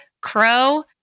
crow